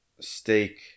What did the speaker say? steak